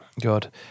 God